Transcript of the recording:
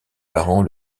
parents